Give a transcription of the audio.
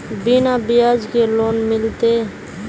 बिना ब्याज के लोन मिलते?